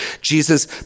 Jesus